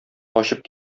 качып